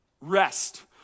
rest